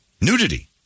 Nudity